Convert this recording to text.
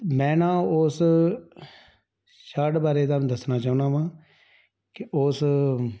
ਮੈਂ ਨਾ ਉਸ ਸ਼ਰਟ ਬਾਰੇ ਤੁਹਾਨੂੰ ਦੱਸਣਾ ਚਾਹੁੰਦਾ ਹਾਂ ਕਿ ਉਸ